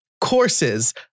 courses